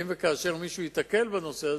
אם וכאשר מישהו ייתקל בנושא כזה,